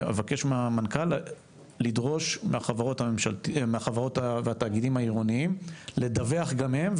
אני אבקש מהמנכ"ל לדרוש מהחברות והתאגידים העירוניים לדווח גם הם,